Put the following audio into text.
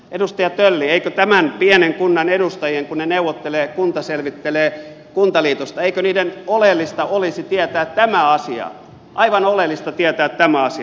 edustaja tölli eikö tämän pienen kunnan edustajien kun he neuvottelevat ja kunta selvittelee kuntaliitosta olisi oleellista aivan oleellista tietää tämä asia